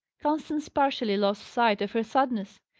constance partially lost sight of her sadness.